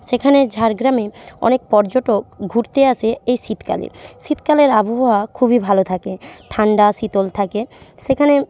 সেখানে ঝাড়গ্রামে অনেক পর্যটক ঘুরতে আসে এই শীতকালে শীতকালের আবহাওয়া খুবই ভালো থাকে ঠান্ডা শীতল থাকে সেখানে